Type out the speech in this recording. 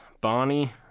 bonnie